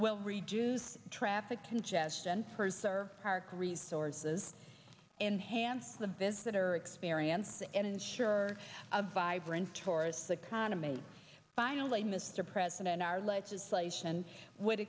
will reduce traffic congestion purse or park resources and hand the visitor experience and ensure a vibrant tourists a consummate finally mr president our legislation would